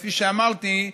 כפי שאמרתי,